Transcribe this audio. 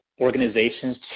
organizations